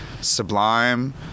Sublime